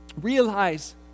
realize